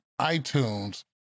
iTunes